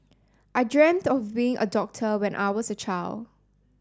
I dreamt of being a doctor when I was a child